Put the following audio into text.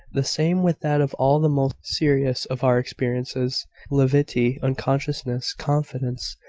the same with that of all the most serious of our experiences levity, unconsciousness, confidence.